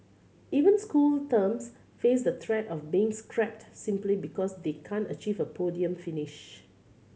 even school terms face the threat of being scrapped simply because they can't achieve a podium finish